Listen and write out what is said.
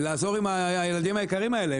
ולעזור עם הילדים היקרים האלה,